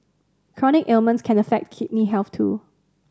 chronic ailments can affect kidney health too